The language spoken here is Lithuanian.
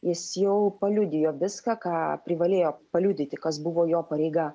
jis jau paliudijo viską ką privalėjo paliudyti kas buvo jo pareiga